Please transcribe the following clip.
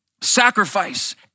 sacrifice